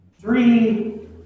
Three